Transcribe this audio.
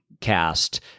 cast